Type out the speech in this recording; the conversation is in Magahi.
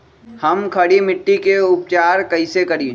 हम खड़ी मिट्टी के उपचार कईसे करी?